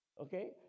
Okay